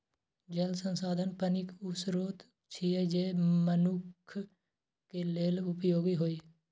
जल संसाधन पानिक ऊ स्रोत छियै, जे मनुक्ख लेल उपयोगी होइ